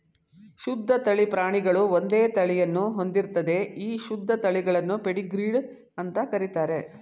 ಶುದ್ಧ ತಳಿ ಪ್ರಾಣಿಗಳು ಒಂದೇ ತಳಿಯನ್ನು ಹೊಂದಿರ್ತದೆ ಈ ಶುದ್ಧ ತಳಿಗಳನ್ನು ಪೆಡಿಗ್ರೀಡ್ ಅಂತ ಕರೀತಾರೆ